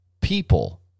people